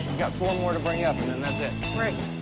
got four more to bring up and then that's it great